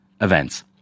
events